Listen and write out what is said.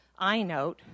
iNote